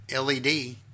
LED